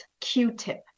Q-tip